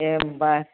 दे होम्बा